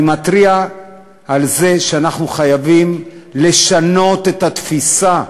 אני מתריע על זה שאנחנו חייבים לשנות את התפיסה,